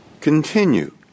continue